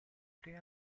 tre